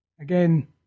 Again